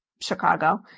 Chicago